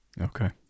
Okay